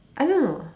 I don't know